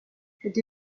cette